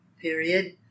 period